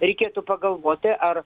reikėtų pagalvoti ar